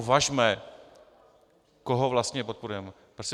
Važme, koho vlastně podporujeme.